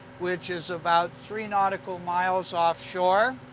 which is about three nautical miles off shore.